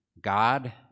God